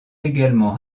également